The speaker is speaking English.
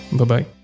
Bye-bye